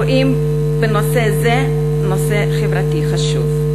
בנושא זה נושא חברתי חשוב.